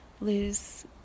Lose